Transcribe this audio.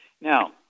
Now